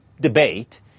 debate